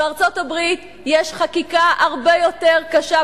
בארצות-הברית יש חקיקה הרבה יותר קשה.